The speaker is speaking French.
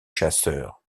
chasseurs